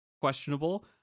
questionable